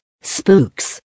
spooks